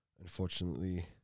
unfortunately